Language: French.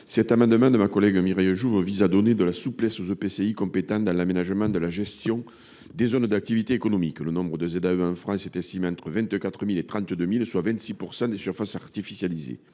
Cet amendement vise à donner de la souplesse aux EPCI compétents dans l’aménagement et la gestion des zones d’activité économique (ZAE). Le nombre de ZAE en France est estimé entre 24 000 et 32 000, soit 26 % des surfaces artificialisées.